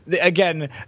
again